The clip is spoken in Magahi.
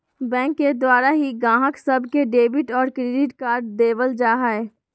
बैंक के द्वारा ही गाहक सब के डेबिट और क्रेडिट कार्ड देवल जा हय